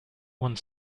one